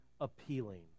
appealing